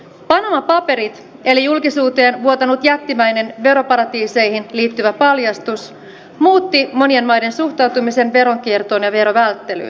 panama paperit eli julkisuuteen vuotanut jättimäinen veroparatiiseihin liittyvä paljastus muutti monien maiden suhtautumisen veronkiertoon ja verovälttelyyn